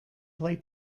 play